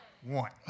one